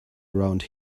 around